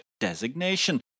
designation